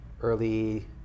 early